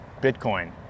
Bitcoin